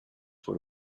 were